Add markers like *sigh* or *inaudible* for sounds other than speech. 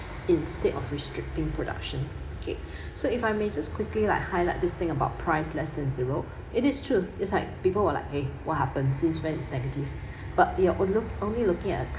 instead of restricting production okay *breath* so if I may just quickly like highlight this thing about price less than zero it is true it's like people were like !hey! what happened since when it's negative *breath* but you're on look only looking at